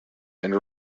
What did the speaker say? and